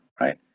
right